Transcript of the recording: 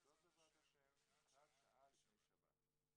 והמטוס בעזרת השם ינחת שעה לפני שבת,